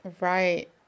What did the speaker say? right